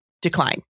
decline